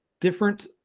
different